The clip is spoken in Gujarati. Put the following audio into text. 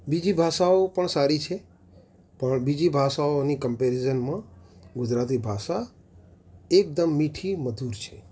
બીજી ભાષાઓ પણ સારી છે પણ બીજી ભાષાઓની કમ્પેરિઝનમા ગુજરાતી ભાષા એકદમ મીઠી મધુર છે